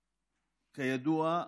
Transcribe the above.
כידוע,